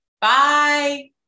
Bye